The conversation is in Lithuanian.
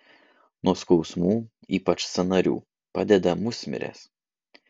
nuo skausmų ypač sąnarių padeda musmirės